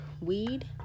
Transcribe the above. weed